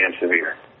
severe